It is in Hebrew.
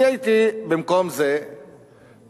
אני הייתי במקום זה מציע,